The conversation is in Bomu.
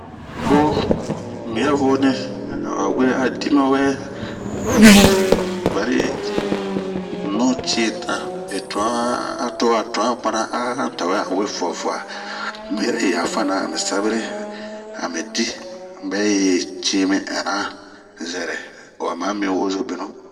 Mbo mi ya voni a wa gue a di ma wɛ, bari un nu cina ,be tuanh, a to'a tuan mana a han tawɛ a we fua fua ,mi yɛrɛ yafana ami sabere ami dii, un bɛ yi cimi ɛn'na zɛrɛ ,wa ma mi wozo binu.